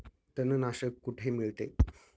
तणनाशक कुठे मिळते?